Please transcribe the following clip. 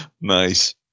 Nice